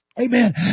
Amen